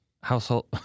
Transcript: household